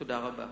תודה רבה.